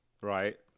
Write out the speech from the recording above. right